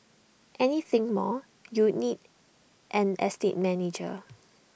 anything more you'd need an estate manager